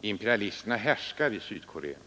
Imperialisterna härskar över Sydkorea.